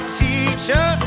teacher